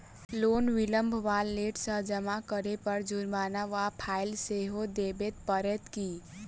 Loan विलंब वा late सँ जमा करै पर जुर्माना वा फाइन सेहो देबै पड़त की?